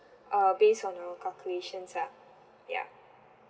uh based on your calculations lah ya